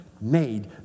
made